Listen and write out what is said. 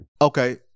Okay